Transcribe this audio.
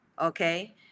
Okay